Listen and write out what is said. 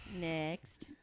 Next